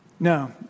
No